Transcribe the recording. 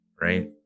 right